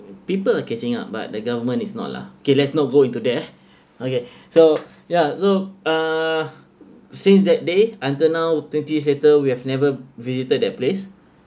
people are catching up but the government is not lah kay let's not go into there okay so ya so uh since that day until now twenty years later we have never visited that place